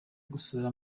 gusura